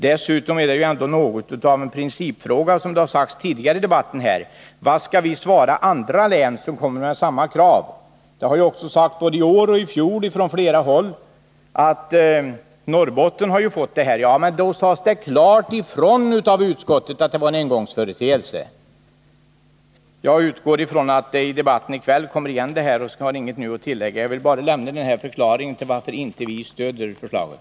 Dessutom är det ändå något av en pricipfråga, såsom sagts tidigare i debatten, vad vi skall svara andra län som kommer med samma krav. Det har sagts i år och det sades i fjol från flera håll att | Norrbotten har fått ett sådant här anslag. Ja, men då sades det klart ifrån av utskottet att det var en engångsföreteelse. Jag utgår från att det här kommer igen i debatten i kväll och har inget att tillägga. Jag ville bara lämna den här förklaringen till att vi inte stött förslaget.